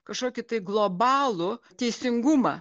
kažkokį tai globalų teisingumą